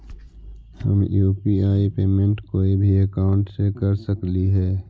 हम UPI payment कोई भी अकाउंट से कर सकली हे?